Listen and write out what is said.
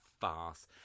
farce